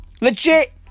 Legit